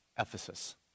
Ephesus